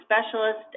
specialist